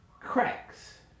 cracks